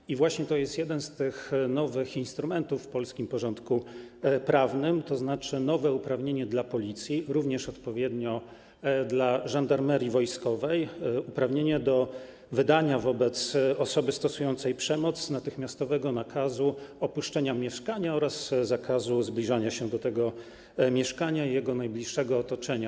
To jest właśnie jeden z nowych instrumentów w polskim porządku prawnym, tzn. nowe uprawnienie dla Policji, również odpowiednio dla Żandarmerii Wojskowej, uprawnienie do wydania wobec osoby stosującej przemoc natychmiastowego nakazu opuszczenia mieszkania oraz zakazu zbliżania się do tego mieszkania i jego najbliższego otoczenia.